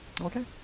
Okay